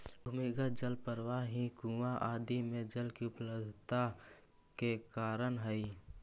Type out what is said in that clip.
भूमिगत जल प्रवाह ही कुआँ आदि में जल के उपलब्धता के कारण हई